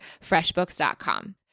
FreshBooks.com